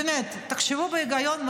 באמת, תחשבו בהיגיון.